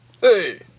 Hey